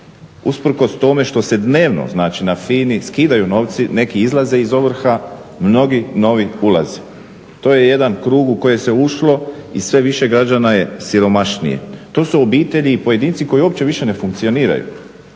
Usprkos tome što se dnevno znači na FINI skidaju novci, neki izlaze iz ovrha, novi, novi ulaze. To je jedan krug u koji se ušlo i sve više građana je siromašnije. To su obitelji i pojedinci koji uopće više ne funkcioniraju.